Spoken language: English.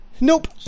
Nope